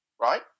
right